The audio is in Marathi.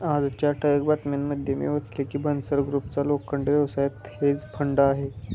आजच्या ठळक बातम्यांमध्ये मी वाचले की बन्सल ग्रुपचा लोखंड व्यवसायात हेज फंड आहे